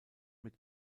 mit